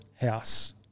house